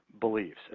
beliefs